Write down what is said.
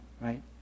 right